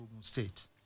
State